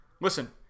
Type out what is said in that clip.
Listen